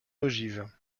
ogive